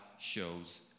shows